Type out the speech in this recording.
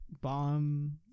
bomb